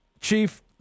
Chief